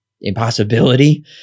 impossibility